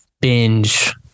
binge